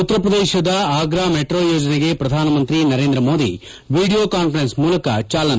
ಉತ್ತರ ಪ್ರದೇಶದ ಆಗ್ರಾ ಮೆಟ್ರೋ ಯೋಜನೆಗೆ ಪ್ರಧಾನಮಂತ್ರಿ ನರೇಂದ್ರ ಮೋದಿ ವಿಡಿಯೋ ಕಾನ್ಬರೆನ್ಸ್ ಮೂಲಕ ಚಾಲನೆ